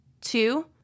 Two